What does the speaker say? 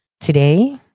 today